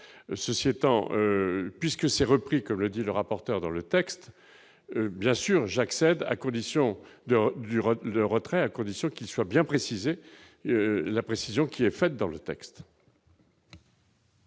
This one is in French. ceci étant, puisque c'est repris, comme le dit le rapporteur dans le texte, bien sûr, j'accède à condition de du retour de retrait, à condition qu'il soit bien précisé la précision qui est faite dans le texte.